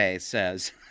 says